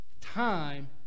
Time